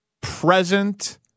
present